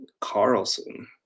Carlson